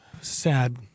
sad